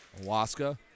Waska